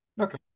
Okay